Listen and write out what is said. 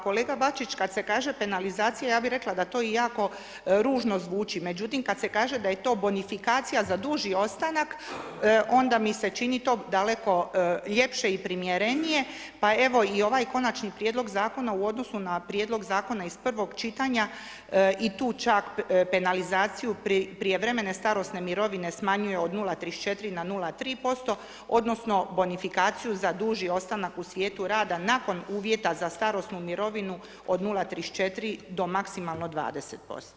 Kolega Bačić kada se kaže penalizacija ja bi rekla da to i jako ružno zvuči, međutim, kada se kaže da je to bonifikacija za duži ostanak, onda mi se čini to daleko ljepše i primjerenije, pa i evo, i ovaj konačni prijedlog zakona, u odnosu na prijedlog zakona iz prvog čitanja, i tu čak penalizaciju, prijevremene starosne mirovine smanjuje od 0,34 na 0,3% odnosno, bonifikaciju za duži ostanak u svijetu rada nakon uvjeta za starosnu mirovinu od 0,34 do maksimalno 20%